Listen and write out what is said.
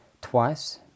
twice